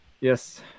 Yes